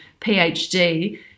PhD